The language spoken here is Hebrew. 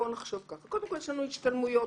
יש לנו השתלמויות,